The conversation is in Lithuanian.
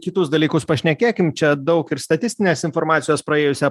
kitus dalykus pašnekėkim čia daug ir statistinės informacijos praėjusią